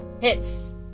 Hits